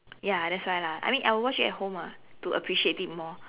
ya that's why lah I mean I will watch it at home ah to appreciate it more